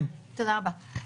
תודה רבה.